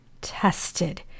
tested